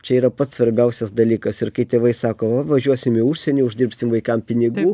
čia yra pats svarbiausias dalykas ir kai tėvai sako va važiuosim į užsienį uždirbsim vaikam pinigų